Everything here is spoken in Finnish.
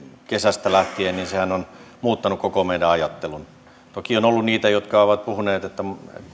kesästä lähtien niin sehän on muuttanut koko meidän ajattelumme toki on ollut niitä jotka ovat puhuneet että